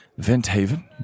Venthaven